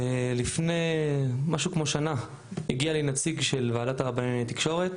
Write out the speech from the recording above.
לפני משהו כמו שנה הגיע אליי נציג של ועדת הרבנים לתקשורת,